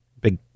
big